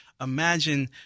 imagine